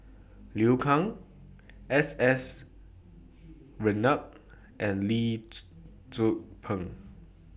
Liu Kang S S Ratnam and Lee Tzu Pheng